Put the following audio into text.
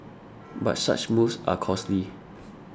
but such moves are costly